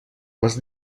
les